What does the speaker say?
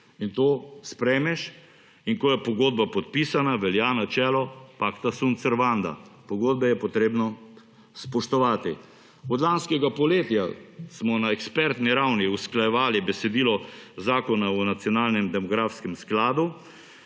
In to sprejmeš, in ko je pogodba podpisana, velja načelo »pacta sunt servanda«, pogodbe je treba spoštovati. Od lanskega poletja smo na ekspertni ravni usklajevali besedilo Zakona o nacionalnem demografskem skladu